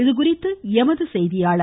இதுகுறித்து எமது செய்தியாளர்